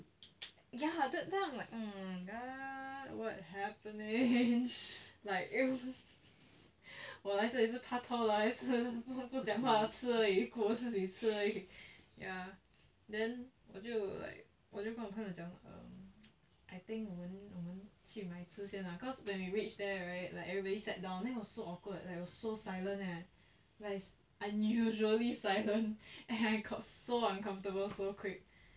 ya then I'm like oh my god what happening like 我来这里是 paktor 的还是不讲话吃而已个自己吃而已 ya then 我就 like 我就跟我朋友讲 um I think 我们我们去买吃先啊 cause when we reach there right like everybody sat down then was so awkward like was so silent leh like unusually silent and I got so uncomfortable so creep